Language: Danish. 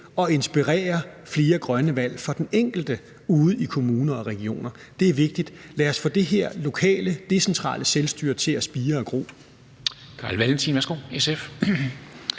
at inspirere til flere grønne valg for den enkelte ude i kommuner og regioner. Det er vigtigt. Lad os få det her lokale, decentrale selvstyre til at spire og gro.